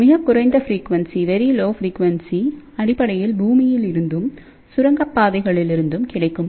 மிகக் குறைந்த ஃப்ரீக்யுண்சி அடிப்படையில் பூமியில் இருந்தும் சுரங்கப்பாதைகளில் இருந்தும் கிடைக்கும்